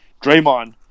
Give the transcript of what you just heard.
draymond